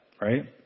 right